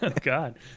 God